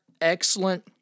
excellent